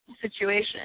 situation